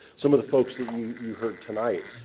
some of the folks that you you heard tonight.